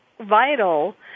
vital